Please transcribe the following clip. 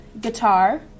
guitar